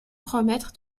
promettre